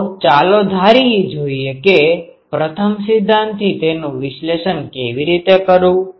તો ચાલો ધારી જોઈએ કેપ્રથમ સિદ્ધાંતથી તેનું વિશ્લેષણ કેવી રીતે કરવું